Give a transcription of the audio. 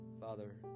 Father